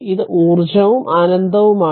ഇത് ഊർജ്ജവും അനന്തവുമാണ്